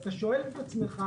אתה שואל את עצמך: